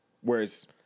Whereas